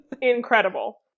Incredible